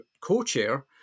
co-chair